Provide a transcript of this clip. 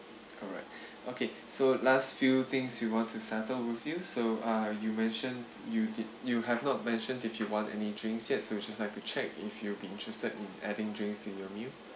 alright okay so last few things we want to settle with you so uh you mention you did you have not mentioned if you want any drinks yet so just like to check if you'll be interested in adding drinks in your meal